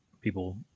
people